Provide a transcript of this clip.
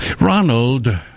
Ronald